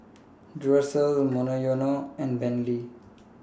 Duracell Monoyono and Bentley